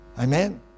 Amen